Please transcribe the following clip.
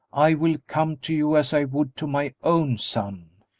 i will come to you as i would to my own son.